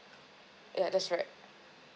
ya that's right